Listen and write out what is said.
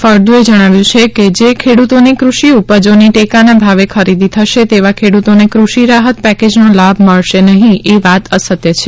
ફળદુએ જણાવ્યું છે કે જે ખેડૂતોની કૃષિ ઉપજોનું ટેકાના ભાવે ખરીદી થશે તેવા ખેડૂતોને કૃષિ રાહૃત પેકેજનો લાભ મળશે નહી એ વાત અસત્ય છે